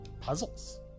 puzzles